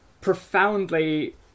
profoundly